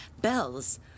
Bells